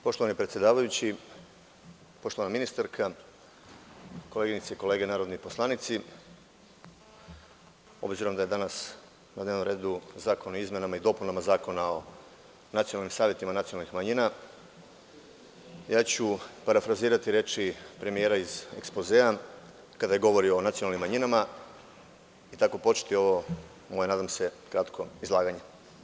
Poštovani predsedavajući, poštovana ministarka, koleginice i kolege narodni poslanici, obzirom da je danas na dnevnom redu Zakon o izmenama i dopunama Zakona o nacionalnim savetima nacionalnih manjina, ja ću parafrazirati reči premijera iz ekspozea kada je govorio o nacionalnim manjinama i tako početi ovo moje, nadam se kratko, izlaganje.